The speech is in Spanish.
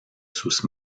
sus